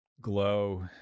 Glow